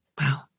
Wow